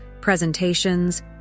presentations